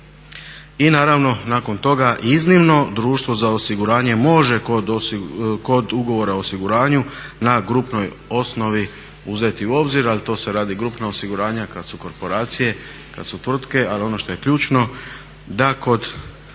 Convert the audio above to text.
I naravno nakon toga iznimno društvo za osiguranje može kod ugovora o osiguranju na grupnoj osnovi uzeti u obzir, ali to se radi grupno osiguranja kad su korporacije, kad su tvrtke, ali ono što je ključno da kod